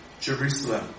Jerusalem